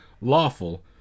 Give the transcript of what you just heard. lawful